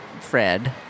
Fred